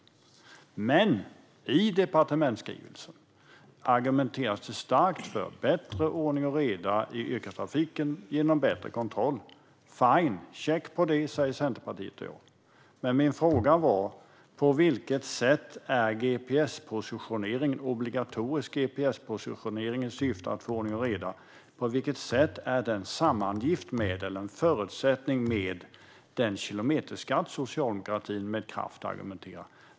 Men i departementsskrivelsen argumenteras det starkt för bättre ordning och reda i yrkestrafiken genom bättre kontroll. Fine, check på det, säger Centerpartiet och jag. Men min fråga var på vilket sätt obligatorisk gps-positionering i syfte att få ordning och reda är sammangift med den kilometerskatt socialdemokratin med kraft argumenterar för.